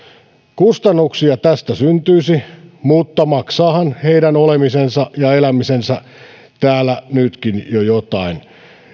kustannuksia tästä syntyisi mutta maksaahan heidän olemisensa ja elämisensä täällä nytkin jo jotain